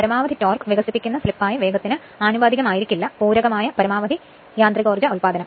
പരമാവധി ടോർക് വികസിക്കുന്ന സ്ലിപ്പായ വേഗത്തിന് ആനുപാതികമല്ല പൂരകമായ പരമാവധി യാന്ത്രികോർജ ഉൽപാദനം